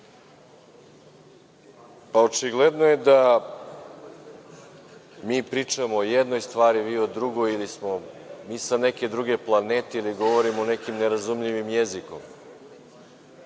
očigledno je da mi pričamo o jednoj stvari, vi o drugoj ili smo mi sa neke druge planete ili govorimo nekim nerazumljivim jezikom.